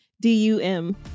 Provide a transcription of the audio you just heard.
D-U-M